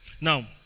Now